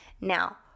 Now